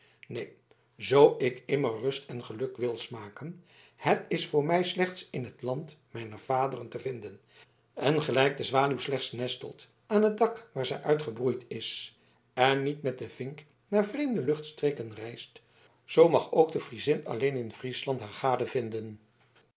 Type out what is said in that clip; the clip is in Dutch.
neen zoo ik immer rust en geluk wil smaken het is voor mij slechts in het land mijner vaderen te vinden en gelijk de zwaluw slechts nestelt aan het dak waar zij uitgebroeid is en niet met den vink naar vreemde luchtstreken reist zoo mag ook de friezin alleen in friesland haar gade vinden